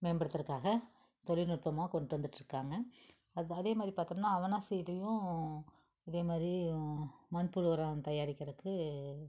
மேம்படுத்துகிறக்காக தொழில்நுட்பமா கொண்டு வந்துகிட்ருக்காங்க அதேமாதிரி பார்த்தோம்ன்னா அவநாசிலேயும் இதேமாதிரி மண்புழு உரம் தயாரிக்கிறதுக்கு